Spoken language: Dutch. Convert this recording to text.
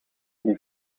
die